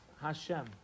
Hashem